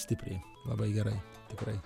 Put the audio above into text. stipriai labai gerai tikrai